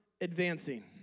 advancing